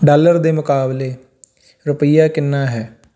dollar ਦੇ ਮੁਕਾਬਲੇ ਰੁਪਈਆ ਕਿੰਨਾ ਹੈ